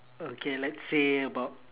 okay let's say about